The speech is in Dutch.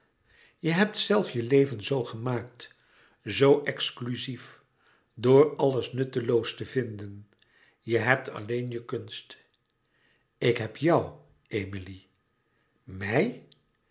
je hebt zelf je leven zoo gemaakt zoo exclusief door alles nutteloos te vinden je hebt alleen je kunst ik heb jou emilie mij